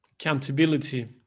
accountability